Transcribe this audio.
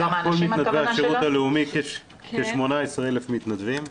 סך הכול מתנדבי השירות הלאומי כ-18,000 מתנדבים.